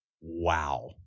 wow